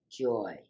Joy